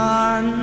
on